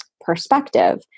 perspective